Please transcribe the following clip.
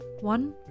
One